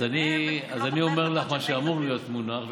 אז אני אומר לך מה שאמור להיות מונח,